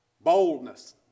boldness